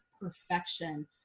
perfection